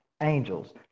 angels